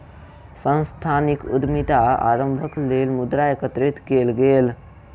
सांस्थानिक उद्यमिता आरम्भक लेल मुद्रा एकत्रित कएल गेल